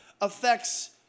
affects